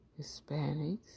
Hispanics